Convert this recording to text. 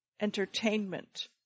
entertainment